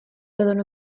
byddwn